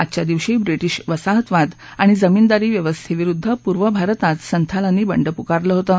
आजच्या दिवशी ब्रििििि वसाहतवाद आणि जमीनदारी व्यवस्थेविरुद्ध पूर्व भारतात संथालांनी बंड पुरकारलं होतं